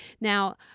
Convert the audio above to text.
Now